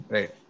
Right